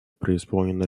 преисполнена